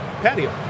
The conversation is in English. patio